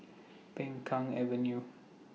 Peng Kang Avenue